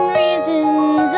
reasons